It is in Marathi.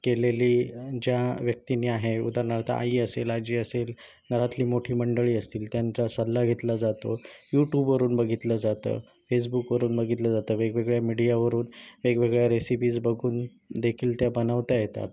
केलेली ज्या व्यक्तींनी आहे उदाहरणार्थ आई असेल आजी असेल घरातली मोठी मंडळी असतील त्यांचा सल्ला घेतला जातो यूटूबवरुन बघितलं जातं फेसबुकवरुन बघितलं जातं वेगवेगळ्या मीडियावरुन वेगवेगळ्या रेसिपीज बघून देखील त्या बनवता येतात